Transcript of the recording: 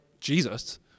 Jesus